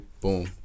Boom